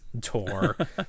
tour